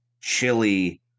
chili